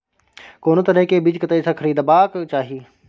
कोनो तरह के बीज कतय स खरीदबाक चाही?